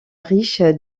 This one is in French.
riche